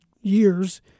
years